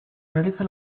realiza